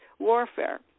Warfare